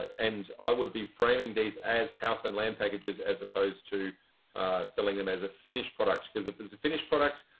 and i would be framing these as house and land packages as opposed to selling them as a finished product. because if there's a finished product,